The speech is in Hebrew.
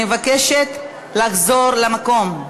אני מבקשת לחזור למקום.